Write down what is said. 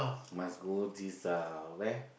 must go this ah where